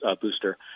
booster